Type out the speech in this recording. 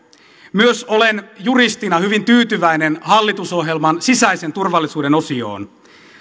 myös olen juristina hyvin tyytyväinen hallitusohjelman sisäisen turvallisuuden osioon